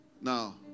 Now